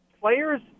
players